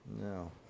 No